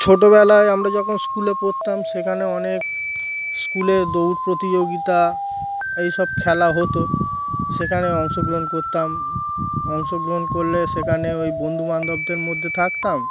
ছোটোবেলায় আমরা যখন স্কুলে পড়তাম সেখানে অনেক স্কুলে দৌড় প্রতিযোগিতা এইসব খেলা হতো সেখানে অংশগ্রহণ করতাম অংশগ্রহণ করলে সেখানে ওই বন্ধুবান্ধবদের মধ্যে থাকতাম